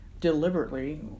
deliberately